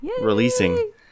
releasing